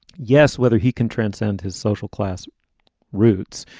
yes. whether he can transcend his social class roots.